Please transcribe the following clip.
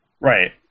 Right